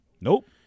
Nope